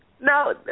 No